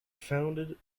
founded